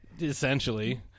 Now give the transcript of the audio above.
Essentially